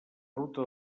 ruta